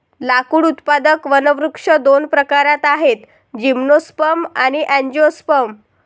लाकूड उत्पादक वनवृक्ष दोन प्रकारात आहेतः जिम्नोस्पर्म आणि अँजिओस्पर्म